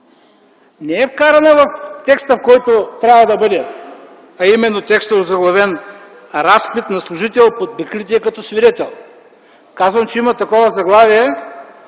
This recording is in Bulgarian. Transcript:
не е вкарана в текста, в който трябва да бъде, а именно текстът озаглавен „Разпит на служител под прикритие като свидетел”. Казвам, че има такова заглавие,